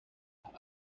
upon